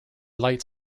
light